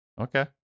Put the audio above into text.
Okay